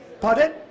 Pardon